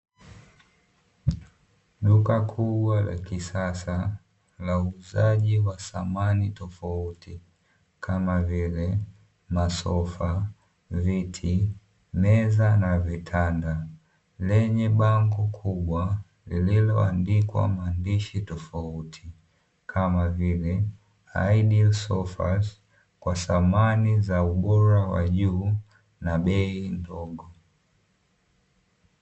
Duka kubwa la kisasa la uuzaji wa samani tofauti kama vile masofa, viti, meza na vitanda lenye bango kubwa lililoandikwa maandishi tofauti kama vile "ideal sofas" kwa samani za ubora wa juu na bei ndogo.